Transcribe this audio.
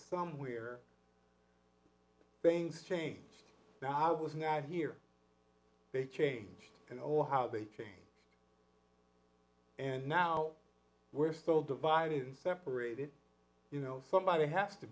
somewhere things changed i was not here they changed you know how they change and now we're still divided and separated you know somebody has to